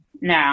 No